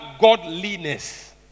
godliness